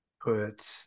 put